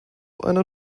einer